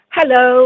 Hello